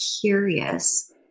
curious